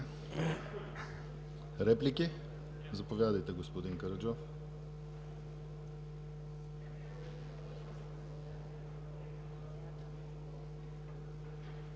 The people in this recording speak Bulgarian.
Реплики? Заповядайте, господин Караджов.